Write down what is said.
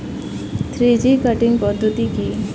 Three G cutting পদ্ধতি কি?